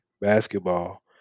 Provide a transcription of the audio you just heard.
basketball